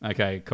Okay